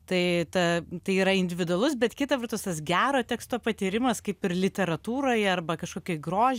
tai ta tai yra individualus bet kita vertus tas gero teksto patyrimas kaip ir literatūroje arba kažkokioj grožinėj